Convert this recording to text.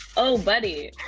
oh buddy,